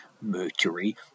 Mercury